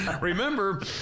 Remember